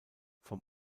vom